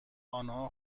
آنها